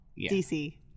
DC